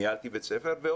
ניהלתי בית ספר ואני יודע,